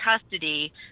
custody